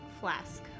flask